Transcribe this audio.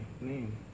name